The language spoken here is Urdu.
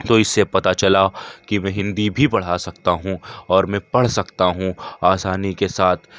تو اس سے پتا چلا کہ میں ہندی بھی پڑھا سکتا ہوں اور میں پڑھ سکتا ہوں آسانی کے ساتھ